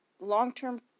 Long-term